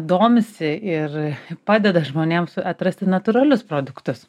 domisi ir padeda žmonėms atrasti natūralius produktus